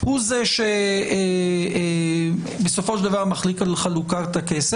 הוא זה שבסופו של דבר מחליט על חלוקת הכסף,